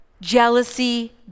jealousy